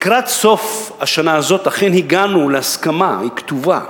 לקראת סוף השנה הזאת אכן הגענו להסכמה, היא כתובה,